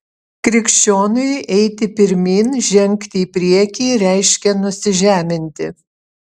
krikščioniui eiti pirmyn žengti į priekį reiškia nusižeminti